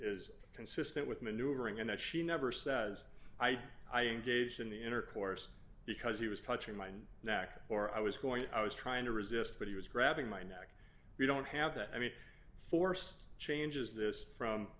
is consistent with maneuvering and that she never says i engaged in the intercourse because he was touching my neck or i was going i was trying to resist but he was grabbing my neck we don't have that i mean force changes this from